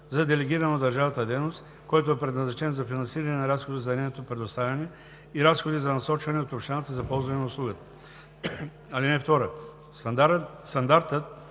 за делегирана от държавата дейност, който е предназначен за финансиране на разходи за нейното предоставяне и разходи за насочване от общината за ползване на услугата. (2) Стандартът